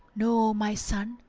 know, o my son,